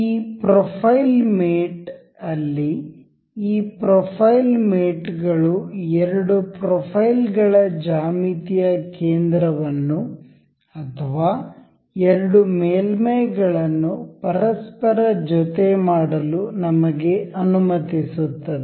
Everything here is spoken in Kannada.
ಈ ಪ್ರೊಫೈಲ್ ಮೇಟ್ ಅಲ್ಲಿ ಈ ಪ್ರೊಫೈಲ್ ಮೇಟ್ ಗಳು ಎರಡು ಪ್ರೊಫೈಲ್ಗಳ ಜ್ಯಾಮಿತೀಯ ಕೇಂದ್ರವನ್ನು ಅಥವಾ ಎರಡು ಮೇಲ್ಮೈಗಳನ್ನು ಪರಸ್ಪರ ಜೊತೆ ಮಾಡಲು ನಮಗೆ ಅನುಮತಿಸುತ್ತದೆ